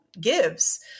gives